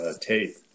tape